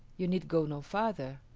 you need go no farther.